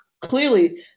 clearly